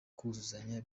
kuzuzanya